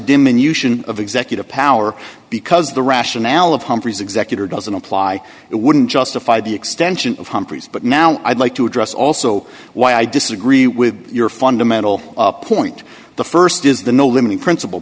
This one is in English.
diminution of executive power because the rationale of humphrey's executor doesn't apply it wouldn't justify the extension of humphrey's but now i'd like to address also why i disagree with your fundamental point the st is the limiting princip